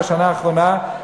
בשנה האחרונה.